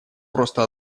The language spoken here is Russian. просто